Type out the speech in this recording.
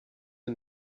and